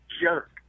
jerk